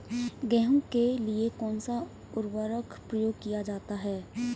गेहूँ के लिए कौनसा उर्वरक प्रयोग किया जाता है?